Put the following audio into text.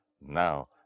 now